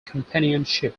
companionship